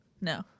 No